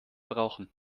brauchen